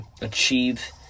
achieve